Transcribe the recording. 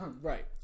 Right